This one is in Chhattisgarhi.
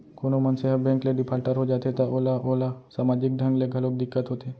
कोनो मनसे ह बेंक ले डिफाल्टर हो जाथे त ओला ओला समाजिक ढंग ले घलोक दिक्कत होथे